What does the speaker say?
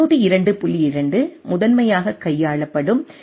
2 முதன்மையாக கையாளப்படும் எல்